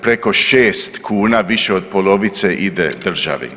Preko 6 kuna više od polovice ide državi.